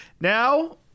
Now